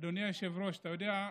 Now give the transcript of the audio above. אדוני היושב-ראש, אתה יודע,